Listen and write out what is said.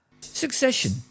Succession